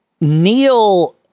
Neil